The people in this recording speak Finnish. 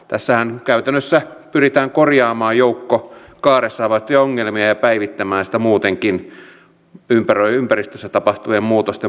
tässähän käytännössä pyritään korjaamaan joukko kaaressa havaittuja ongelmia ja päivittämään sitä muutenkin ympäristössä tapahtuvien muutosten mukaan